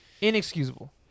Inexcusable